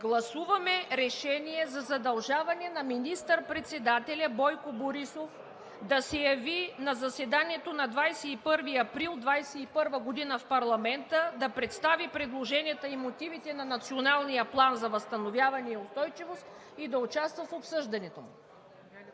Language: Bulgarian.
Гласуваме решение за задължаване на министър-председателя Бойко Борисов да се яви на заседанието на 21 април 2021 г. в парламента – да представи предложенията и мотивите на Националния план за възстановяване и устойчивост и да участва в обсъждането му.